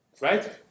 right